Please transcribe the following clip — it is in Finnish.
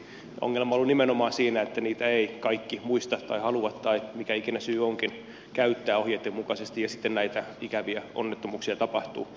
ongelma on ollut nimenomaan siinä että niitä eivät kaikki muista tai halua tai mikä ikinä syy onkin käyttää ohjeitten mukaisesti ja sitten näitä ikäviä onnettomuuksia tapahtuu